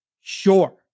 sure